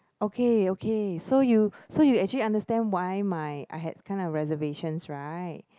okay okay so you so you actually understand why my I had kind of reservations right